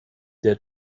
der